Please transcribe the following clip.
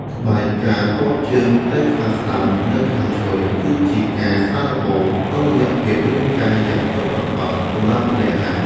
ក្បាច់ ការទាត់ជើងទៅខាងស្ដាំ និងខាងឆ្វេង គឺជាការសាកល្បងតុល្យភាពរាងកាយយ៉ាងពិតប្រាកដសម្រាប់អ្នកហាត់។